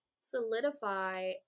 solidify